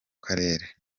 karere